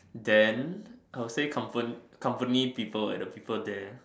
then I will say compan~ company people at the people there